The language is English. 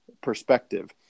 perspective